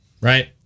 right